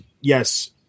yes